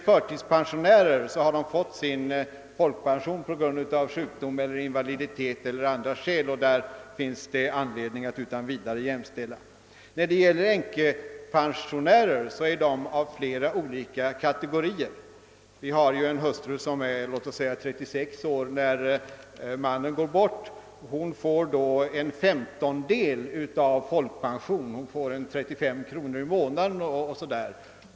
Förtidspensionärer har fått sin folkpension på grund av sjukdom, invaliditet eller någon annan orsak. Där kan man alltså utan vidare göra en jämförelse med de pensionärer som har rätt till 67-kortet. Men änkepensionärer finns av flera olika kategorier. En hustru som exempelvis är 36 år när mannen går bort får då en femtondel av folkpensionen, d.v.s. ungefär 35 kronor i månaden.